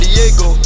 Diego